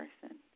person